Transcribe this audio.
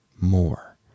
more